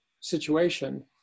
situation